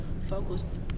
focused